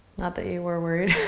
not that you were worried.